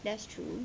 that's true